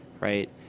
right